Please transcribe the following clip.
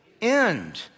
End